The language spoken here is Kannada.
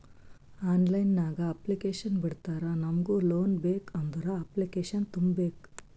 ಆನ್ಲೈನ್ ನಾಗ್ ಅಪ್ಲಿಕೇಶನ್ ಬಿಡ್ತಾರಾ ನಮುಗ್ ಲೋನ್ ಬೇಕ್ ಅಂದುರ್ ಅಪ್ಲಿಕೇಶನ್ ತುಂಬೇಕ್